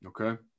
Okay